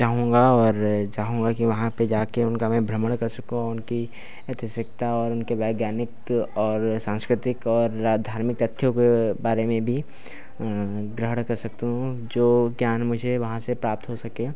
चाहूंगा और चाहूंगा कि वहां पे जाके उनका मैं भ्रमण कर सकूँ और उनकी ऐतिहसिकता और उनके वैज्ञानिक और सांस्कृतिक और राज धार्मिक तथ्यों को बारे में भी ग्रहण कर सकता हूँ जो ज्ञान मुझे वहां से प्राप्त हो सके